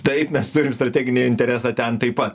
taip mes turime strateginį interesą ten taip pat